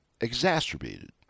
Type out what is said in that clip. exacerbated